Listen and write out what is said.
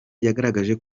yagaragazaga